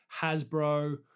Hasbro